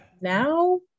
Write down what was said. Now